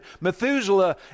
Methuselah